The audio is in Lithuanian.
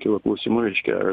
kilo klausimų reiškia